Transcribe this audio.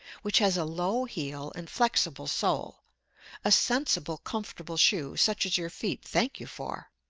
which has a low heel and flexible sole a sensible, comfortable shoe, such as your feet thank you for.